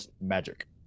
magic